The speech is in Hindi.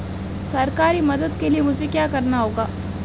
सरकारी मदद के लिए मुझे क्या करना होगा?